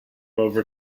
over